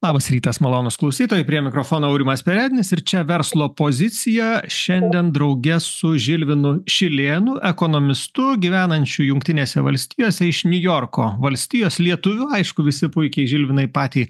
labas rytas malonūs klausytojai prie mikrofono aurimas perednis ir čia verslo pozicija šiandien drauge su žilvinu šilėnu ekonomistu gyvenančiu jungtinėse valstijose iš niujorko valstijos lietuviu aišku visi puikiai žilvinai patį